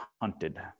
hunted